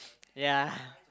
ya